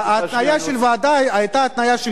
ההתניה של ועדה היתה התניה שלך,